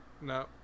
No